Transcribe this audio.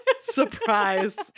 Surprise